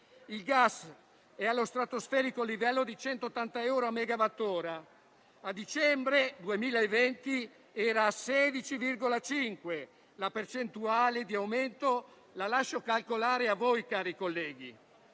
Il gas è allo stratosferico livello di 180 euro a megawattora, a dicembre 2020 era a 16,5; la percentuale di aumento la lascio calcolare a voi, cari colleghi.